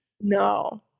No